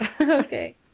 Okay